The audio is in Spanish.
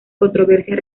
controversias